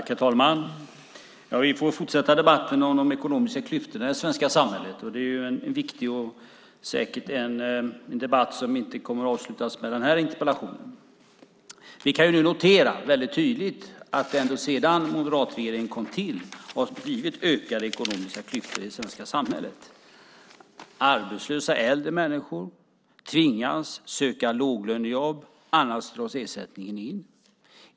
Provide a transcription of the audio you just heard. Herr talman! Vi får nu fortsätta debatten om de ekonomiska klyftorna i det svenska samhället. Den är viktig och säkert en debatt som inte kommer att avslutas med den här interpellationen. Vi kan nu väldigt tydligt notera att det sedan moderatregeringen tillträdde har blivit ökade ekonomiska klyftor i det svenska samhället. Arbetslösa äldre människor tvingas söka låglönejobb, annars dras ersättningen in.